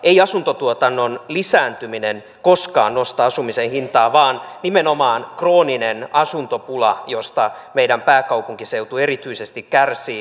ei asuntotuotannon lisääntyminen koskaan nosta asumisen hintaa vaan nimenomaan krooninen asuntopula josta meidän pääkaupunkiseutu erityisesti kärsii